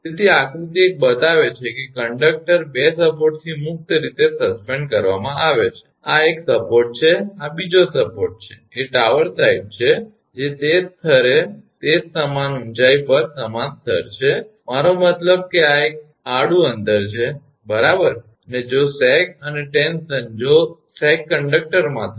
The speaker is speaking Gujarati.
તેથી આકૃતિ એક બતાવે છે કે કંડક્ટર 2 સપોર્ટથી મુક્ત રીતે સસ્પેન્ડ કરવામાં આવે છે આ એક સપોર્ટ છે આ બીજો સપોર્ટ છે એ ટાવર સાઇડ છે જે તે જ સ્તરે છે જે સમાન ઊંચાઇ સમાન સ્તર છે અને મારો મતલબ કે આ એક આડું અંતર છે બરાબર અને જો સેગ અને ટેન્શન જો સેગ કંડક્ટરમાં થાય